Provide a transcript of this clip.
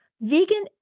Vegan